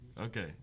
Okay